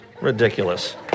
Ridiculous